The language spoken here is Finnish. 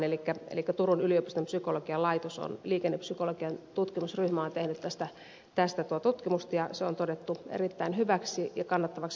elikkä turun yliopiston psykologian laitoksen liikennepsykologian tutkimusryhmä on tehnyt tästä tutkimusta ja se on todettu erittäin hyväksi ja kannattavaksi hankkeeksi